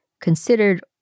considered